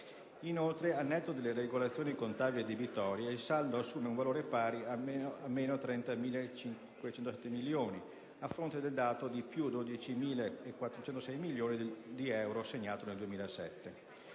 Inoltre, al netto delle regolazioni contabili e debitorie, il saldo assume un valore pari a meno 30.507 milioni, a fronte del dato di 12.406 milioni di euro segnato nel 2007.